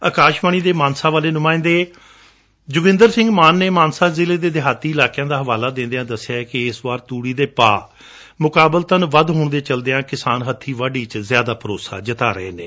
ਅਕਾਸ਼ਵਾਣੀ ਦੇ ਮਾਨਸਾ ਵਾਲੇ ਨੁਮਾਇੰਦੇ ਜੋਗਿੰਦਰ ਸਿੰਘ ਮਾਨ ਨੇ ਮਾਨਸਾ ਜ਼ਿਲੇ ਦੇ ਦਿਹਾਤੀ ਇਲਾਕਿਆਂ ਦਾ ਹਵਾਲਾ ਦਿੰਦਿਆਂ ਦਸਿਐ ਕਿ ਇਸ ਵਾਰ ਤੂਤੀ ਦੇ ਭਾਅ ਮੁਕਾਬਲਤਨ ਵੱਧ ਹੋਣ ਦੇ ਚਲਦਿਆਂ ਕਿਸਾਨ ਹਬੀਂ ਵਾਢੀ ਵਿਚ ਜ਼ਿਆਦਾ ਭਰੋਸਾ ਜਤਾ ਰਹੇ ਨੇ